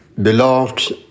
Beloved